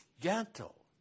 gentle